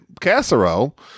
casserole